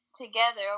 together